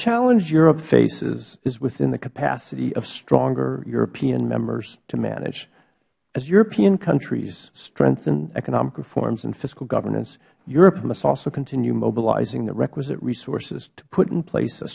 challenge europe faces is within the capacity of stronger european members to manage as european countries strengthen economic reforms and fiscal governance europe must also continue mobilizing the requisite resources to put in place a